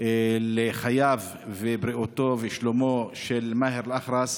לחייו ובריאותו ושלומו של מאהר אל-אח'רס